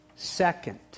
Second